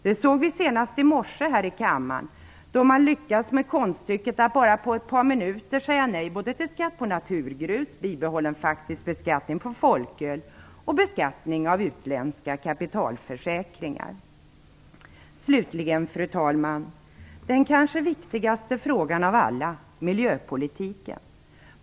Det såg vi senast i morse här i kammaren då man lyckades med konststycket att på bara ett par minuter säga nej till skatt på naturgrus, bibehållen faktisk beskattning på folköl och beskattning av utländska kapitalförsäkringar. Slutligen, fru talman, den kanske viktigaste frågan av alla: miljöpolitiken.